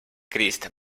crist